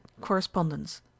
correspondence